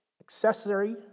accessory